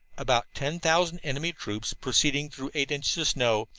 about ten thousand enemy troops proceeding through eight inches snow,